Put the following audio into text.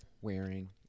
wearing